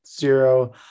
zero